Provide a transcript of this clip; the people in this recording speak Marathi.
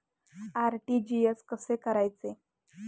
आर.टी.जी.एस कसे करायचे?